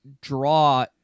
draw